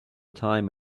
time